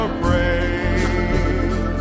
praise